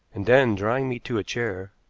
and then, drawing me to a chair,